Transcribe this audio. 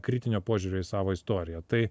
kritinio požiūrio į savo istoriją tai